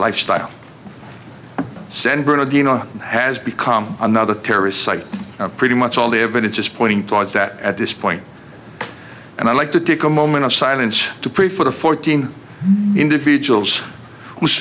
lifestyle san bernadino has become another terrorist site pretty much all the evidence is pointing towards that at this point and i'd like to take a moment of silence to pray for the fourteen individuals whose